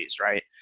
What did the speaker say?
right